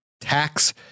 tax